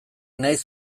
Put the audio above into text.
naiz